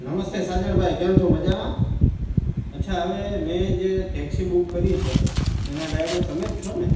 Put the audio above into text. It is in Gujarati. નમસ્તે સાજણભાઈ કેમ છો મજામાં અચ્છા હવે મેં જે ટેક્ષી બૂક કરી છે એના ડ્રાઈવર તમે જ છો ને